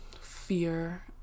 fear